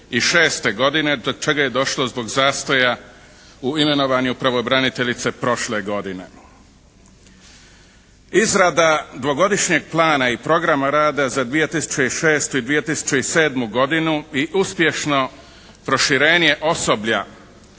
godine do čega je došlo zbog zastoja u imenovanju pravobraniteljice prošle godine. Izrada dvogodišnjeg plana i programa rada za 2006. i 2007. godinu i uspješno proširenje osoblja